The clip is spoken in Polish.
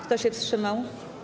Kto się wstrzymał?